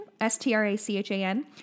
S-T-R-A-C-H-A-N